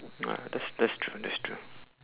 uh that's that's true that's true